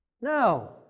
no